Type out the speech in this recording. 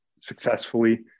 successfully